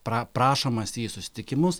pra prašomasi į susitikimus